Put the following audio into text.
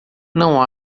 não